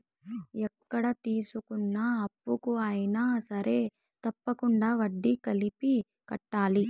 ఎక్కడ తీసుకున్న అప్పుకు అయినా సరే తప్పకుండా వడ్డీ కలిపి కట్టాలి